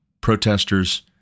protesters